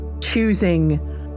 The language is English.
choosing